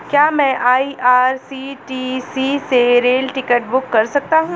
क्या मैं आई.आर.सी.टी.सी से रेल टिकट बुक कर सकता हूँ?